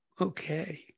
Okay